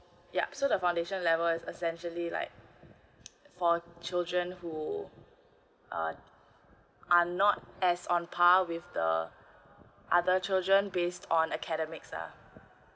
yup so the foundation level is essentially like for children who err are not as on par with the other children based on academics ah